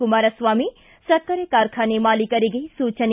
ಕುಮಾರಸ್ವಾಮಿ ಸಕ್ಕರೆ ಕಾರ್ಖಾನೆ ಮಾಲೀಕರಿಗೆ ಸೂಚನೆ